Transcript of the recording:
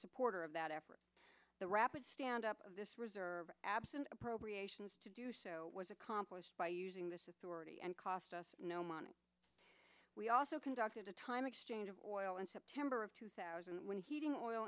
supporter of that effort the rapid stand up of this reserve absent appropriations to do so was accomplished by using this already and cost us no money we also conducted a time exchange of oil in september of two thousand when heating oil